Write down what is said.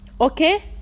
okay